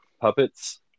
puppets